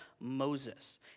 Moses